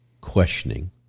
questioning